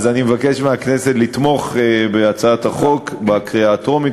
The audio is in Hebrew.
אני מבקש מהכנסת לתמוך בהצעת החוק בקריאה הטרומית